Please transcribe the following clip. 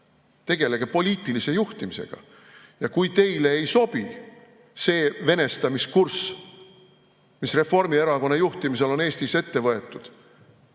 tegelge poliitilise juhtimisega. Kui teile ei sobi see venestamiskurss, mis Reformierakonna juhtimisel on Eestis ette võetud,